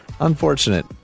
unfortunate